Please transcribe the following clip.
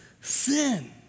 sin